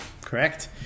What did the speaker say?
correct